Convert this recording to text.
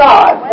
God